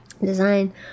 design